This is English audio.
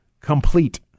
complete